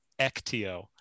Ectio